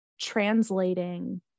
translating